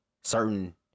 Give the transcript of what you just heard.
certain